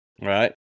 Right